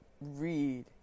read